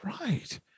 right